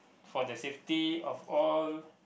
for the safety of all